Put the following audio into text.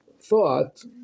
thought